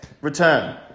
return